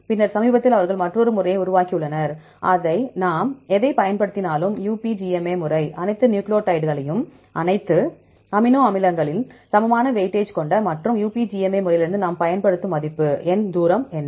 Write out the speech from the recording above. பின்னர் சமீபத்தில் அவர்கள் மற்றொரு முறையை உருவாக்கியுள்ளனர் நாம் எதைப் பயன்படுத்தினாலும் UPGMA முறை அனைத்து நியூக்ளியோடைட்களையும் அனைத்து அமினோஅமிலங்கள் சமமான வெயிட்டேஜ் கொண்ட மற்றும் UPGMA முறையிலிருந்து நாம் பயன்படுத்தும் மதிப்பு எண் தூரம் என்ன